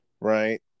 Right